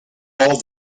all